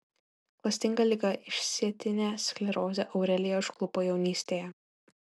klastinga liga išsėtinė sklerozė aureliją užklupo jaunystėje